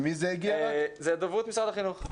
זה הגיע מדוברות משרד החינוך.